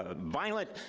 ah violent